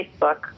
Facebook